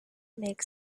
makes